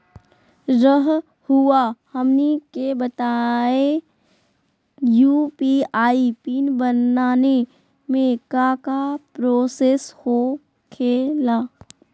रहुआ हमनी के बताएं यू.पी.आई पिन बनाने में काका प्रोसेस हो खेला?